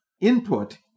input